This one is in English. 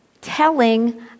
telling